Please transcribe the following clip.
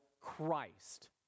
Christ